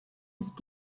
ist